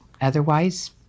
Otherwise